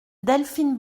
delphine